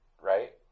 right